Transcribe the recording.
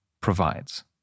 provides